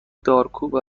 دارکوب